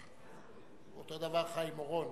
אותו דבר חיים אורון.